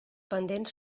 pendents